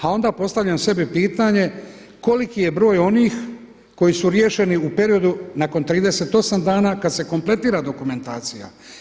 A onda postavljam sebi pitanje koliki je broj onih koji su riješeni u periodu nakon 38 dana kada se kompletira dokumentacija.